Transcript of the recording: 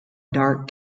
dark